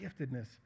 giftedness